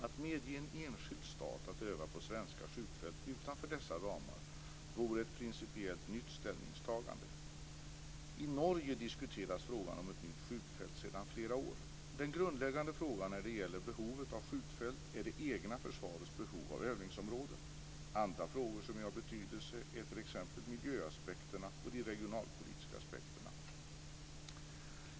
Att medge en enskild stat att öva på svenska skjutfält utanför dessa ramar vore ett principiellt nytt ställningstagande. I Norge diskuteras frågan om ett nytt skjutfält sedan flera år. Den grundläggande frågan när det gäller behovet av skjutfält är det egna försvarets behov av övningsområden. Andra frågor som är av betydelse är t.ex. miljöaspekterna och de regionalpolitiska aspekterna.